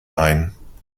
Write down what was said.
ein